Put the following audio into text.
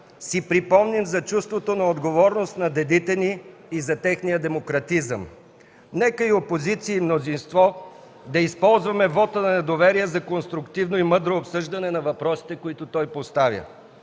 си припомним за чувството на отговорност на дедите ни и за техния демократизъм! Нека и опозиция, и мнозинство да използваме вота на недоверие за конструктивно и мъдро обсъждане на въпросите, които той поставя!